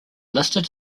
listed